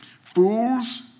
Fools